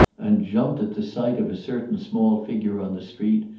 and jumped at the sight of a certain small figure on the street,